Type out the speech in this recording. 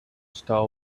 star